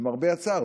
למרבה הצער,